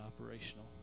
operational